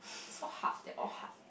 so hard that's all hard